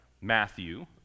Matthew